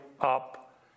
up